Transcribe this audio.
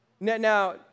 Now